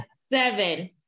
seven